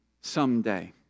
someday